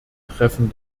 treffen